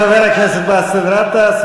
חבר הכנסת באסל גטאס,